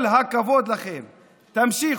כל הכבוד לכם, תמשיכו.